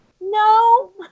No